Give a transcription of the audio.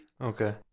Okay